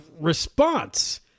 response